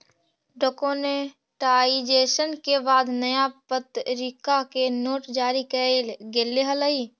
demonetisation के बाद नया प्तरीका के नोट जारी कैल गेले हलइ